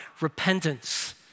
repentance